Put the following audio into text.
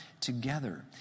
together